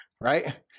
right